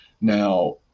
Now